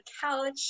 couch